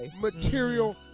material